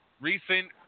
recent